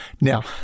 Now